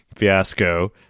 fiasco